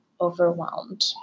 overwhelmed